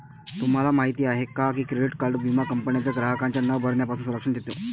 तुम्हाला माहिती आहे का की क्रेडिट विमा कंपन्यांना ग्राहकांच्या न भरण्यापासून संरक्षण देतो